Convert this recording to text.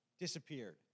disappeared